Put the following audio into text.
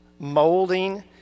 molding